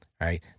right